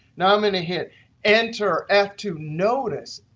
now, i'm going to hit enter, f two notice,